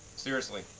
seriously.